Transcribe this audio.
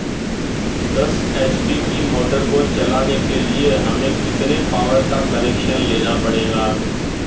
दस एच.पी की मोटर को चलाने के लिए हमें कितने पावर का कनेक्शन लेना पड़ेगा?